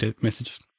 messages